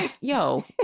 yo